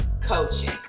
coaching